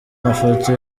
mafoto